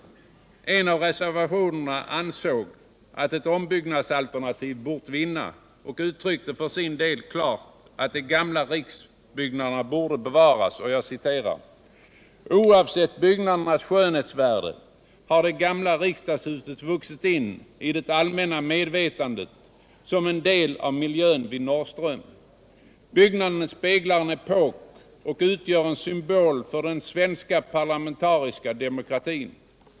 En av reservanterna ansåg att ett ombyggnadsalternativ bort vinna och uttryckte för sin del klart att de gamla riksbyggnaderna borde bevaras: ”Oavsett byggnadens skönhetsvärde har det gamla Riksdagshuset vuxit in i det allmänna medvetandet som en del av miljön vid Norrström. Byggnaden speglar en epok och utgör en symbol för den svenska parlamentariska demokratin.